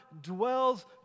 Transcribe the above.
dwells